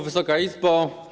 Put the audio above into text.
Wysoka Izbo!